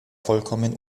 vollkommen